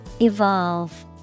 Evolve